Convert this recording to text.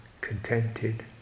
contented